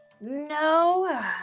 No